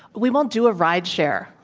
we won't do a ride-share,